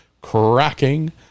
cracking